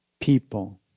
people